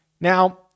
Now